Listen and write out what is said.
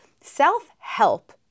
Self-help